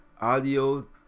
Audio